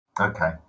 Okay